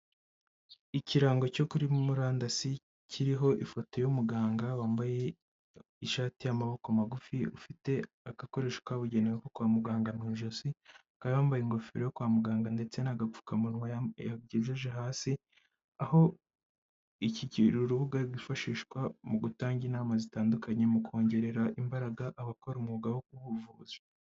Ikirango cyo kuri murandasi, kiriho ifoto y'umuganga wambaye ishati y'amaboko magufi, ufite agakoresho kabugenewe ko kwa muganga mu ijosi, akaba yambaye ingofero yo kwa muganga, ndetse n'agapfukamunwa yagejeje hasi, aho ikigi uru rubuga rwifashishwa mu gutanga inama zitandukanye, mu kongerera imbaraga abakora umwuga wo ku ubuvuzi.